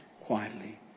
quietly